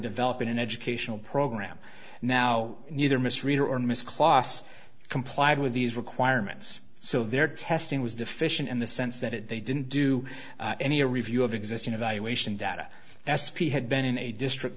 developing an educational program now neither miss reader or misc loss complied with these requirements so their testing was deficient in the sense that they didn't do any a review of existing evaluation data s p had been in a district